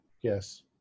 Yes